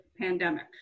pandemic